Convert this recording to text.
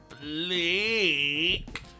Blake